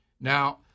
Now